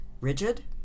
rigid